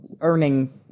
earning